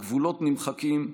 הגבולות נמחקים.